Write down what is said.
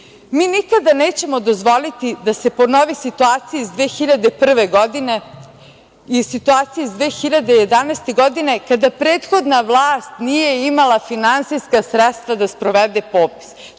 nikada nećemo dozvoliti da se ponovi situacija iz 2001. godine i situacija iz 2011. godine, kada prethodna vlast nije imala finansijska sredstva da sprovede popis.